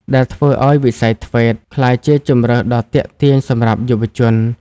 ដែលធ្វើឱ្យវិស័យ ធ្វេត TVET ក្លាយជាជម្រើសដ៏ទាក់ទាញសម្រាប់យុវជន។